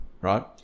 right